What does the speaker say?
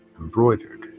embroidered